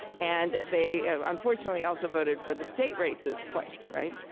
and they unfortunately also voted for the state races twice. right?